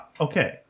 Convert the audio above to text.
okay